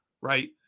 right